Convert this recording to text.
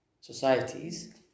societies